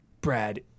Brad